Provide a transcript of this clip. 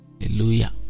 Hallelujah